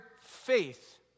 faith